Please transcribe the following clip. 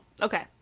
Okay